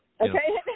Okay